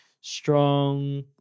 strong